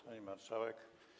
Pani Marszałek!